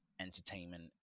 entertainment